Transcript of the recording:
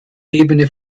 ebene